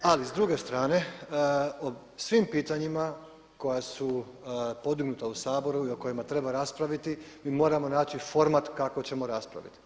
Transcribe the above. Ali s druge strane o svim pitanjima koja su podignuta u Saboru i o kojima treba raspraviti mi moramo naći format kako ćemo raspraviti.